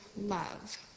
love